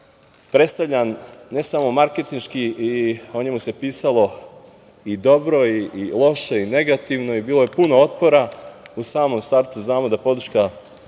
predstavljan ne samo marketinški i o njemu se pisalo i dobro i loše i negativno i bilo je puno otpora, u samom startu podrška